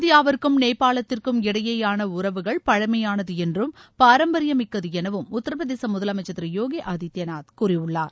இந்தியாவிற்கும் நேபாளத்திற்கும் இடையேயான உறவுகள் பழமையானது என்றும் பாரம்பரியம் மிக்கது எனவும் உத்தரப்பிரதேச முதலமைச்சள் திரு யோகி ஆதித்பநாத் கூறியுள்ளார்